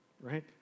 right